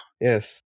Yes